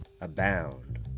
abound